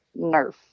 Nerf